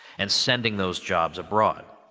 and sending those jobs abroad.